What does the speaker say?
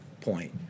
point